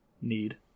need